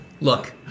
look